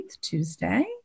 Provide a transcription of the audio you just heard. Tuesday